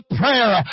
prayer